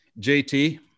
JT